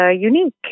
unique